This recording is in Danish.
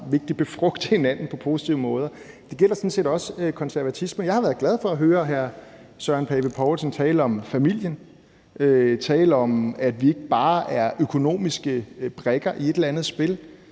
kan befrugte hinanden på positive måder. Det gælder sådan set også konservatisme. Jeg har været glad for at høre hr. Søren Pape Poulsen tale om familien og tale om, at vi ikke bare er økonomiske brikker i et eller andet spil.